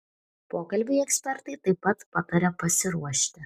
pokalbiui ekspertai taip pat pataria pasiruošti